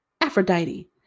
Aphrodite